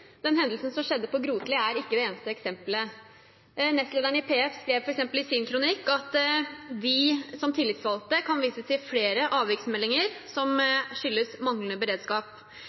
Den hendelsen som skjedde på Grotli, er ikke det eneste eksemplet. Nestlederen i Politiets Fellesforbund skrev f.eks. i sin kronikk at de som tillitsvalgte kan vise til flere avviksmeldinger som skyldes manglende beredskap.